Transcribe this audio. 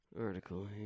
Article